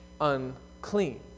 unclean